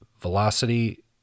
velocity